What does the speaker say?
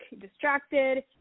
distracted